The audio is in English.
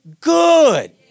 good